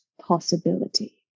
possibility